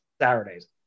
saturdays